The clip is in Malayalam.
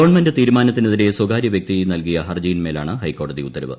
ഗവൺമെന്റ് തീരുമാനത്തിനെതിരെ സ്വകാര്യവൃക്തി നൽകിയ ഹർജിയിൻ മേലാണ് ഹൈക്കോടതി ഉത്തരവ്